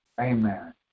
Amen